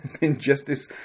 Injustice